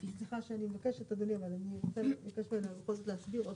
סליחה שאני מבקשת אדוני אבל אני מבקשת בכל זאת עוד